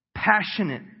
passionate